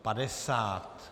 50.